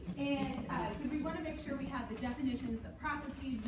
and we want to make sure we have the definitions, the processes.